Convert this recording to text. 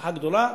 הבטחה גדולה,